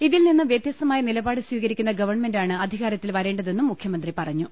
ഇതിൽ നിന്ന് വ്യത്യ സ്തമായ നിലപാട് സ്വീകരിക്കുന്ന ഗവൺമെന്റാണ് അധികാര ത്തിൽ വരേണ്ടതെന്നും മുഖ്യമന്ത്രി പറഞ്ഞു